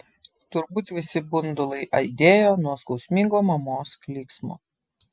turbūt visi bundulai aidėjo nuo skausmingo mamos klyksmo